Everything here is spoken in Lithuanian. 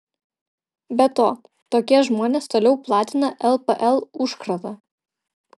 be to tokie žmonės toliau platina lpl užkratą